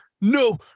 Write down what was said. No